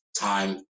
time